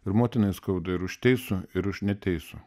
ir motinai skaudu ir už teisų ir už neteisų